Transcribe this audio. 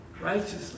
righteously